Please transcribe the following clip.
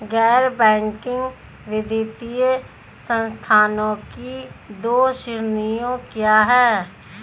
गैर बैंकिंग वित्तीय संस्थानों की दो श्रेणियाँ क्या हैं?